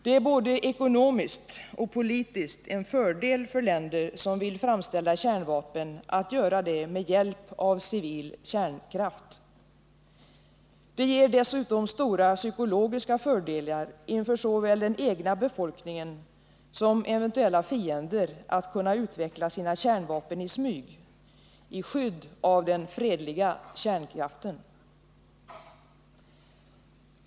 Det är både ekonomiskt och politiskt en fördel för länder som vill framställa kärnvapen att göra det med hjälp av civil kärnkraft. Det ger dessutom stora psykologiska fördelar inför såväl den egna befolkningen som eventuella fiender att kunna utveckla sina kärnvapen i smyg, i skydd av den fredliga kärnkraften.